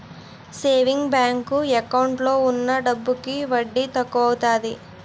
saving bank account లో ఉన్న డబ్బులకి వడ్డీ తక్కువత్తాది